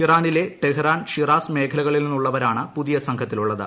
ഇറാനിലെ Tehran Shiraz മേഖലകളിൽ നിന്നുള്ളവരാണ് പുതിയ സംഘത്തിലുള്ളത്